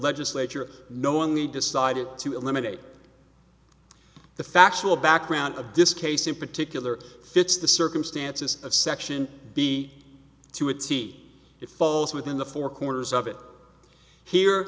legislature knowingly decided to eliminate the factual background of this case in particular fits the circumstances of section b to a t it falls within the four corners of it here